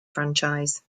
franchise